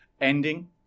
Ending